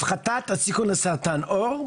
הפחתת הסיכון לסרטן עור,